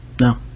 No